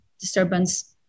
disturbance